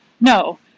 no